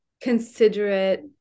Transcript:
considerate